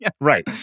Right